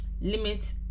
limit